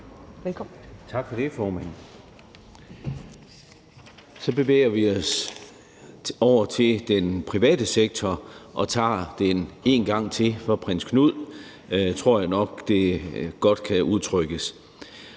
Hav (S): Tak for det, formand. Så bevæger vi os over til den private sektor og tager den en gang til for prins Knud. Sådan tror jeg godt det kan udtrykkes.